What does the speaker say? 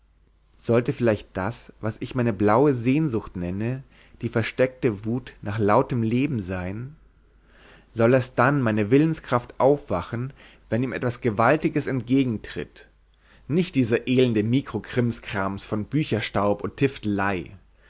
sollte vielleicht das was ich meine blaue sehnsucht nenne die versteckte wut nach lautem leben sein soll erst dann meine willenskraft aufwachen wenn ihm etwas gewaltiges entgegentritt nicht dieser elende mikrokrimskrams von bücherstaub und